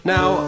Now